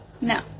No